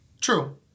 True